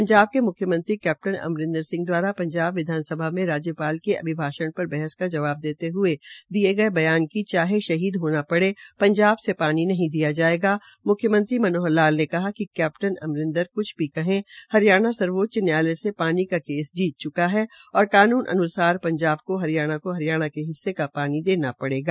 पंजाब के मुख्यमंत्री कैप्टन अमरिंदर सिंह दवारा पंजाब विधानसभा में राज्यपाल के अभिभाषण पर बहसर का जवाब देते हये दिये बयान की चाहे शहीद होना पड़े पंजाब से पानी नहीं दिया जायेगा मुख्यमंत्री मनोहर लाल ने कहा कि कैप्टन अमरिंदर कुछ भी कहें हरियाणा सर्वोच्च न्यायालय से पानी का केस जीत चुका है और कानून अनुसार पंजाब को हरियाणा को हरियाणा के हिस्से का पानी देना पड़ेगा